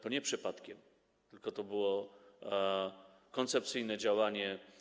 To nie było przypadkiem, tylko to było koncepcyjne działanie.